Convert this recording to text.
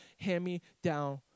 hand-me-down